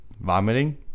vomiting